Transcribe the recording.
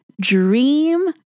dream